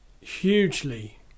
hugely